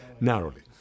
narrowly